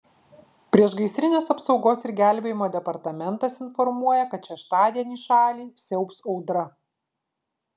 priešgaisrinės apsaugos ir gelbėjimo departamentas informuoja kad šeštadienį šalį siaubs audra